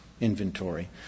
inventory